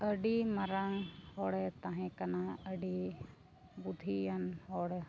ᱟᱹᱰᱤ ᱢᱟᱨᱟᱝ ᱦᱚᱲᱮ ᱛᱟᱦᱮᱸ ᱠᱟᱱᱟ ᱟᱹᱰᱤ ᱵᱩᱫᱷᱤᱭᱟᱱ ᱦᱚᱲᱮ